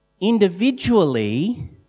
individually